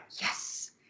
Yes